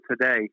today